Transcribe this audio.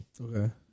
Okay